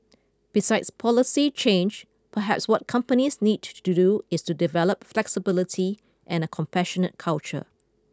besides policy change perhaps what companies need to do is to develop flexibility and a compassionate culture